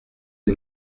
les